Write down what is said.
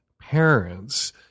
parents